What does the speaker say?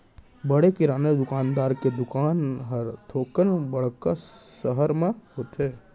बड़े किराना दुकानदार के दुकान हर थोकन बड़का सहर म होथे